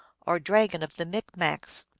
or dragon of the micmacs.